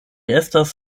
estas